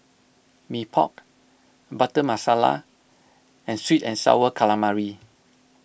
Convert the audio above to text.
Mee Pok Butter Masala and Sweet and Sour Calamari